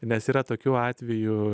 nes yra tokių atvejų